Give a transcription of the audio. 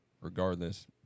regardless